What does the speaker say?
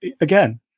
again